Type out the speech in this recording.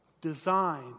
design